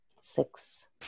six